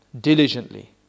diligently